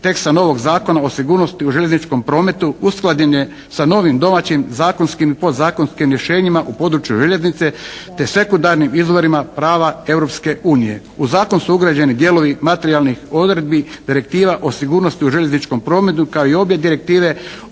teksta novog Zakona o sigurnosti u željezničkom prometu usklađen je sa novim domaćim zakonskim i podzakonskim rješenjima u području željeznice te sekundarnim izvorima prava Europske unije. U Zakon su ugrađeni dijelovi materijalnih odredbi, direktiva o sigurnosti u željezničkom prometu kao i obje direktive